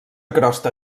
crosta